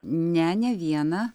ne ne viena